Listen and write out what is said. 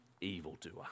evildoer